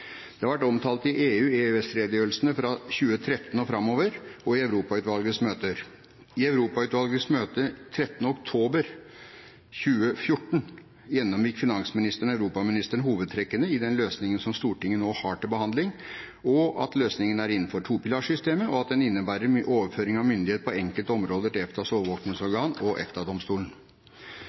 Det har vært omtalt i EU/EØS-redegjørelsene fra 2013 og framover og i Europautvalgets møter. I Europautvalgets møte den 13. oktober 2014 gjennomgikk finansministeren og europaministeren hovedtrekkene i den løsningen som Stortinget nå har til behandling, og at løsningen er innenfor topilarsystemet, at den innebærer overføring av myndighet på enkelte områder til EFTAs overvåkingsorgan og